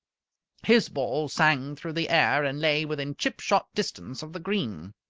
his ball sang through the air, and lay within chip-shot distance of the green.